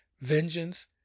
Vengeance